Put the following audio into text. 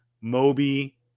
Moby